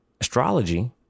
astrology